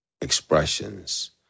expressions